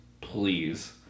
please